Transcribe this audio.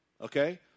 Okay